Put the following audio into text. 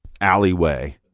alleyway